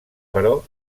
però